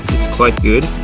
it's quite good